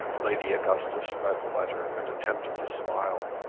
lady augustus read the letter and attempted to smile.